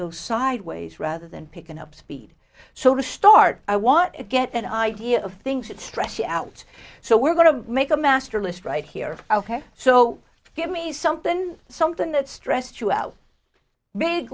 go sideways rather than picking up speed so to start i want to get an idea of things that stress me out so we're going to make a master list right here ok so give me something something that